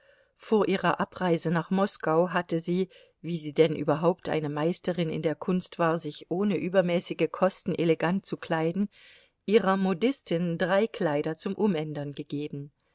vor ihrer abreise nach moskau hatte sie wie sie denn überhaupt eine meisterin in der kunst war sich ohne übermäßige kosten elegant zu kleiden ihrer modistin drei kleider zum umändern gegeben